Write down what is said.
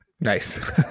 Nice